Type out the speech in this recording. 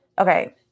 Okay